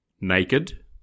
naked